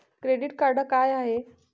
Credit card का हाय?